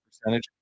percentage